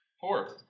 Four